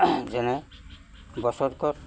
যেনে বছৰেকত